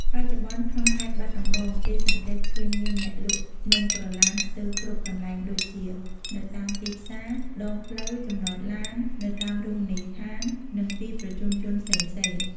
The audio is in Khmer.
បច្ចុប្បន្នក្នុងខេត្តបាត់ដំបង គេសង្កេតឃើញមានអ្នកលក់នំក្រឡានស្ទើរគ្រប់កន្លែងដូចជា នៅតាមទីផ្សារ ដងផ្លូវ ចំណតឡាន នៅតាមរមណីយដ្ឋាន និងទីប្រជុំជនផ្សេងៗ។